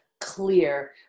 clear